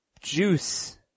Juice